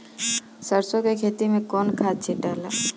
सरसो के खेती मे कौन खाद छिटाला?